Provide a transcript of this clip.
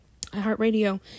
iHeartRadio